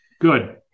Good